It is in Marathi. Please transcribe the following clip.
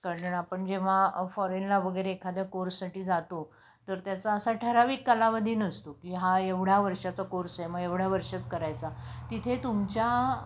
कारण आपण जेव्हा अ फॉरेनला वगैरे एखाद्या कोर्ससाठी जातो तर त्याचा असा ठराविक कालावधी नसतो की हा एवढ्या वर्षाचा कोर्स आहे मग एवढ्या वर्षच करायचा तिथे तुमच्या